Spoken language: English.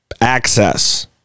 access